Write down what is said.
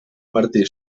martí